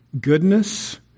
goodness